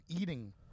eating